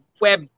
web